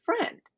friend